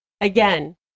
again